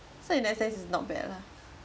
so in that sense it's not bad lah